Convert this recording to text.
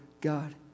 God